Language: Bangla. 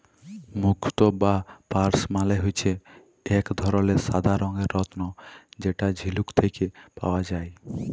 মুক্ত বা পার্লস মালে হচ্যে এক ধরলের সাদা রঙের রত্ন যেটা ঝিলুক থেক্যে পাওয়া যায়